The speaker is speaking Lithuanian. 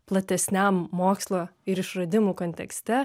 platesniam mokslo ir išradimų kontekste